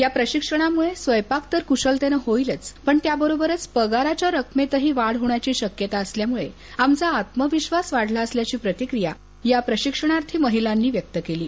या प्रशिक्षणामुळे स्वयंपाक तर कुशलतेने होईलच पण त्याबरोबरच पगाराच्या रकमेतही वाढ होण्याची शक्यता असल्यामुळे आत्मविधास वाढला असल्याची प्रतिक्रिया प्रशिक्षणार्थी महिलांनी व्यक्त केली आहे